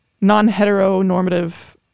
non-heteronormative